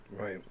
right